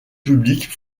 publiques